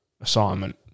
assignment